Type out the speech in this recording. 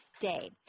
day